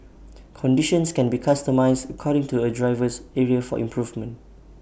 conditions can be customised according to A driver's area for improvement